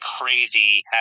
crazy